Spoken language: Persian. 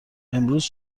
امروز